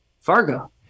fargo